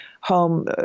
home